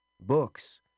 Books